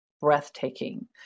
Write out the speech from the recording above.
breathtaking